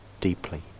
deeply